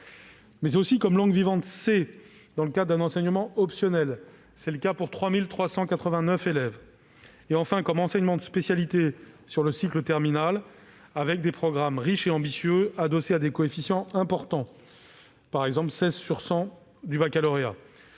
mais aussi comme langue vivante C, dans le cadre d'un enseignement optionnel, ce qui est le cas pour 3 389 élèves ; et, enfin, comme enseignement de spécialité sur le cycle terminal, avec des programmes riches et ambitieux adossés à des coefficients importants- 16 sur 100 au baccalauréat